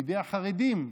מידי החרדים.